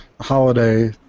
holiday